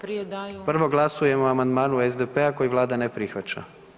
Prvo glasujemo o amandmanu SDP-a koji Vlada ne prihvaća.